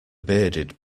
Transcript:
bearded